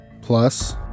Plus